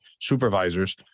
supervisors